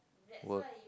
work